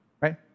right